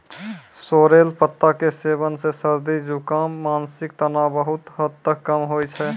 sorrel पत्ता के सेवन सॅ सर्दी, जुकाम, मानसिक तनाव बहुत हद तक कम होय छै